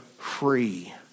free